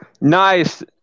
Nice